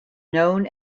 known